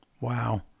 Wow